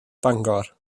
bangor